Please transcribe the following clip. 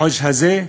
החודש הזה,